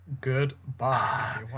Goodbye